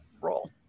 role